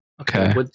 Okay